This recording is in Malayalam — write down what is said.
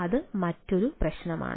അത് മറ്റൊരു പ്രശ്നമാണ്